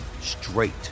straight